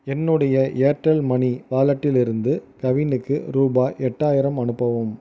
என்னுடைய Airtel money வாலட்டிலிருந்து கவினிக்கு ரூபாய் எட்டாயிரம் அனுப்பவும்